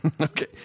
Okay